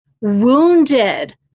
wounded